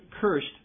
cursed